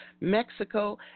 Mexico